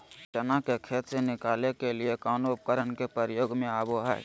चना के खेत से निकाले के लिए कौन उपकरण के प्रयोग में आबो है?